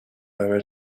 haber